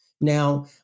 Now